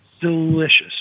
delicious